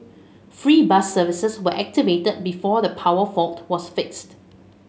free bus services were activated before the power fault was fixed